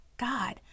God